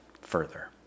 further